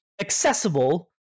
accessible